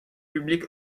public